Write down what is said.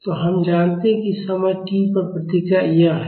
तो हम जानते हैं कि समय t पर प्रतिक्रिया यह है